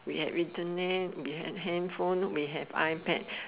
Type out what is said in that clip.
we have Internet we have handphone we have iPad